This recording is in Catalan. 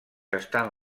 estan